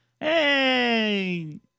Hey